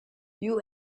you